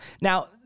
Now